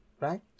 right